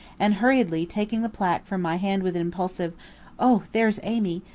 and hurriedly taking the placque from my hand with an impulsive o there's amy,